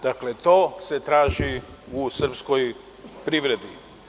Dakle, to se traži u srpskoj privredi.